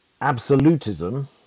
absolutism